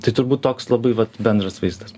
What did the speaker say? tai turbūt toks labai vat bendras vaizdas